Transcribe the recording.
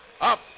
Up